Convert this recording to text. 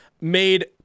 made